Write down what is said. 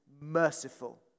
merciful